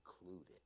included